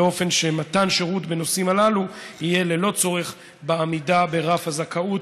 באופן שמתן שירות בנושאים הללו יהיה ללא צורך בעמידה ברף הזכאות.